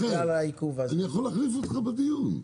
מיכאל, אני יכול להחליף אותך בדיון.